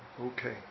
okay